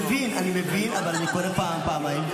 אני מבין, אני מבין, אבל אני קורא פעם, פעמיים.